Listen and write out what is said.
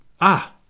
Ah